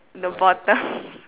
the bottom